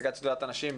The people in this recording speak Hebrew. נציגת שדולת הנשים,